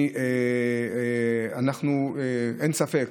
אין ספק